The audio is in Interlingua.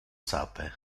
sape